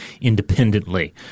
independently